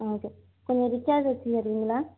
okay கொஞ்சம் ரிச்சாக தச்சு தரிங்களா